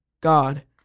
God